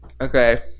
Okay